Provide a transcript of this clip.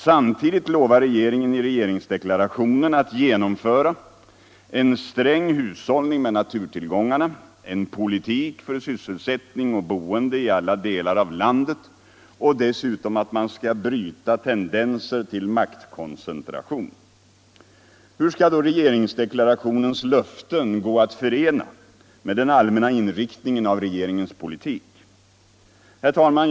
Samtidigt lovar regeringen i regeringsdeklarationen att genomföra en sträng hushållning med naturtillgångarna, en politik för sysselsättning och boende i alla delar av landet och dessutom att man skall bryta tendenser till maktkoncentration. Hur skall då regeringsdeklarationens löften gå att förena med den allmänna inriktningen av regeringens politik? Herr talman!